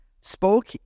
spoke